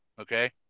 okay